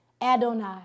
Adonai